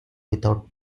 without